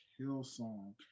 Hillsong